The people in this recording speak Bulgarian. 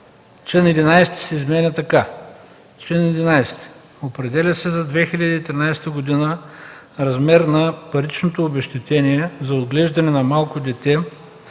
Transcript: Член 11 се изменя така: „Чл. 11. Определя се за 2013 г. размер на паричното обезщетение за отглеждане на малко дете